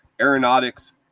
Aeronautics